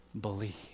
believe